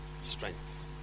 Strength